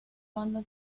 banda